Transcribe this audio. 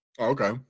Okay